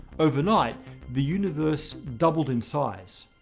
overnight the universe doubled in size.